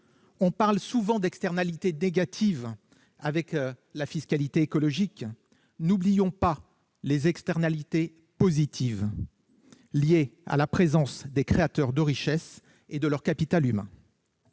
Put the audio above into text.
On parle souvent d'externalités négatives à propos de la fiscalité écologique ; n'oublions pas les externalités positives liées à la présence des créateurs de richesses et à leur capital humain.